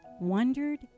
wondered